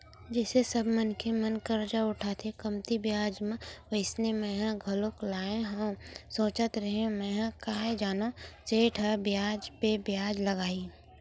जइसे सब मनखे मन करजा उठाथे कमती बियाज म वइसने मेंहा घलोक लाय हव सोचत रेहेव मेंहा काय जानव सेठ ह बियाज पे बियाज लगाही